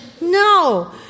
no